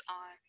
on